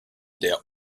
der